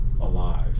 alive